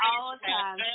all-time